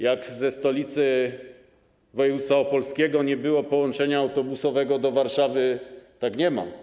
Jak ze stolicy województwa opolskiego nie było połączenia autobusowego do Warszawy, tak nie ma.